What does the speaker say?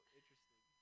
interesting